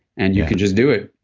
and you can just do it,